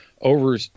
over